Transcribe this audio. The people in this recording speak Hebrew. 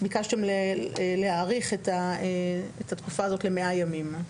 וביקשתן להאריך את התקופה הזאת ל-100 ימים.